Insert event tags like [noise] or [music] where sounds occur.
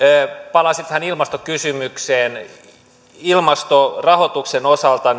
palaisin tähän ilmastokysymykseen ilmastorahoituksen osalta [unintelligible]